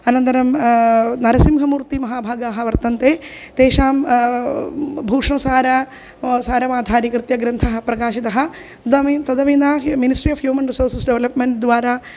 अनन्तरं नरसिंहमूर्तिमहाभागाः वर्तन्ते तेषां भूषणसारः सारम् आधारीकृत्य ग्रन्थः प्रकाशितः वदामि तदमुं न ministry of human resources development द्वारा